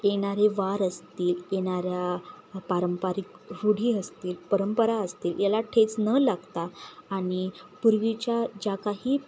येणारे वार असतील येणाऱ्या पारंपरिक रूढी असतील परंपरा असतील याला ठेच न लागता आणि पूर्वीच्या ज्या काही